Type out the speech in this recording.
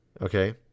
Okay